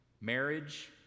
marriage